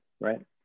right